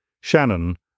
Shannon